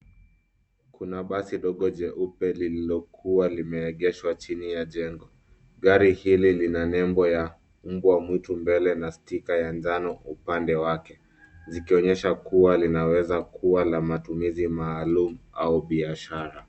Kuna basi ndogo jeupe lililokua limeegeshwa chini ya jengo. Gari hili lina lebo ya mbwa mwitu mbele na stika ya njano kwa upande wake, zikionyesha kua linaweza kua la matumishi maalumu au biashara.